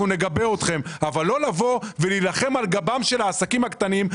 אנחנו נגבה אתכם אבל לא לבוא ולהילחם על גבם של העסקים הקטנים,